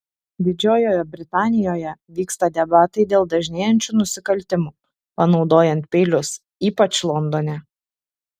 didžiojoje britanijoje vyksta debatai dėl dažnėjančių nusikaltimų panaudojant peilius ypač londone